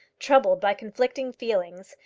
troubled by conflicting feelings,